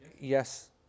Yes